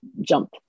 jump